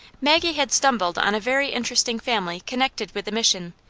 maggie had stumbled on a very interesting family connected with the mission,